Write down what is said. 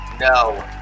No